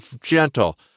gentle